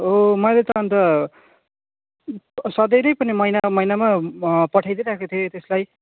ओ मैले त अन्त सधैँ नै पनि महिना महिनामा पठाइदिई रहेको थिएँ त्यसलाई